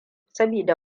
saboda